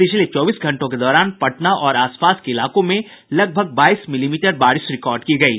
पिछले चौबीस घंटों के दौरान पटना और आसपास के इलाकों में लगभग बाईस मिलीमीटर बारिश रिकॉर्ड की गयी